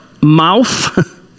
mouth